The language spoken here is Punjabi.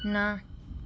ਨਾ